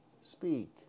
speak